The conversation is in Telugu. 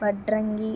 వడ్రంగి